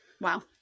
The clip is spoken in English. Wow